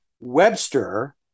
Webster